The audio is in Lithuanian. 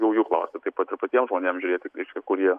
jau jų klausti taip pat ir patiem žmonėm žiūrėti reiškia kur jie